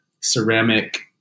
ceramic